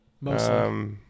Mostly